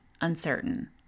uncertain